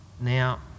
Now